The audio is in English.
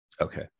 okay